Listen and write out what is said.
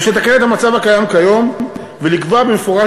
יש לתקן את המצב הקיים כיום ולקבוע במפורש